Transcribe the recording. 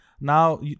Now